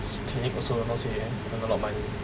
clinic also not say earn a lot of money